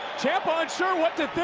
ciampa unsure what to think.